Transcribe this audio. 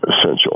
essential